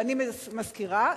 ואני מזכירה,